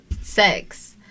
sex